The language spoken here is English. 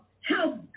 help